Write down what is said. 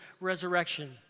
resurrection